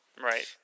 Right